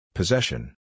Possession